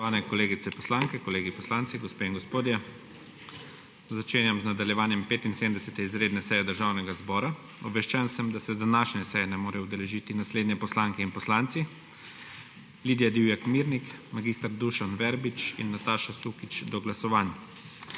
kolegice poslanke, kolegi poslanci, gospe in gospodje! Začenjam nadaljevanje 75. izredne seje Državnega zbora. Obveščen sem, da se današnje seje ne morejo udeležiti naslednje poslanke in poslanci: Lidija Divjak Mirnik, mag. Dušan Verbič in Nataša Sukič do glasovanja.